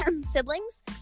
Siblings